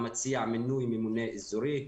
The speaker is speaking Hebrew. המציע מינוי ממונה אזורי.